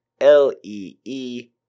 L-E-E